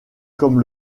comme